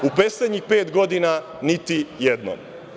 U poslednjih pet godina niti jedno.